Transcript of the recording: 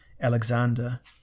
Alexander